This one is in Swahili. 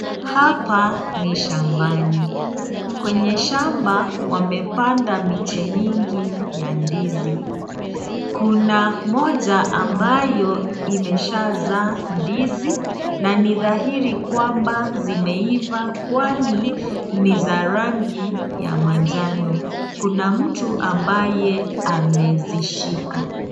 Hapa ni shambani. Kwenye shamba wamepanda miche mingi ya ndizi. Kuna moja ambayo imeshazaa ndizi na ni dhahiri kwamba zimeiva kwani ni za rangi ya manjano. Kuna mtu ambaye amezishika.